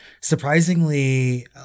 surprisingly